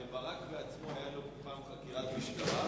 הרי ברק עצמו היתה נגדו פעם חקירת משטרה,